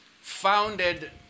founded